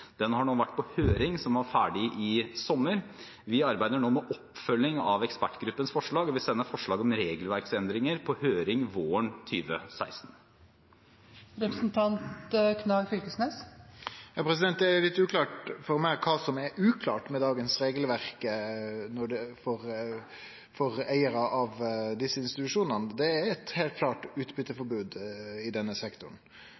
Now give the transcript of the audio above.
Den har nå vært på høring, som var ferdig i sommer. Vi arbeider nå med oppfølging av ekspertgruppens forslag og vil sende forslag om regelverksendringer på høring våren 2016. Det er litt uklart for meg kva som er uklart med dagens regelverk for eigarar av desse institusjonane. Det er eit heilt klart utbyteforbod i denne sektoren.